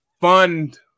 fund